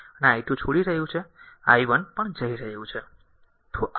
અને આ i2 છોડી રહ્યું છે i 1 પણ જઈ રહ્યું છે